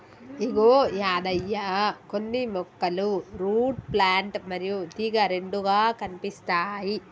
ఇగో యాదయ్య కొన్ని మొక్కలు root plant మరియు తీగ రెండుగా కనిపిస్తాయి